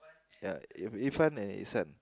ya Irfun and his son